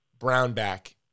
Brownback